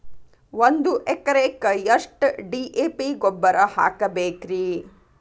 ಒಂದು ಎಕರೆಕ್ಕ ಎಷ್ಟ ಡಿ.ಎ.ಪಿ ಗೊಬ್ಬರ ಹಾಕಬೇಕ್ರಿ?